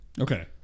okay